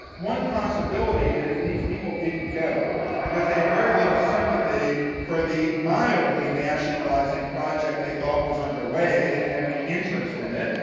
one possibility is these people didn't go because they had very little sympathy for the mildly nationalizing project they thought was under way. they didn't have any interest in it.